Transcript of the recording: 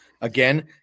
Again